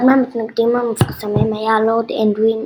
אחד מהמתנגדים המפורסמים היה הלורד אדווין